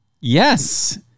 Yes